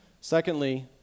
Secondly